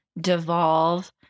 devolve